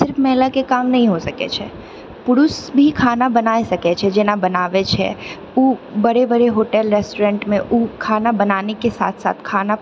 सिर्फ महिलाके काम नहि होइ सकैत छै पुरुष भी खाना बनाए सकैत छै जेना बनावै छै ओ बड़े बड़े होटल रेस्टोरेन्टमे ओ खाना बनानेके साथ साथ खाना